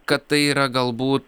kad tai yra galbūt